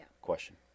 question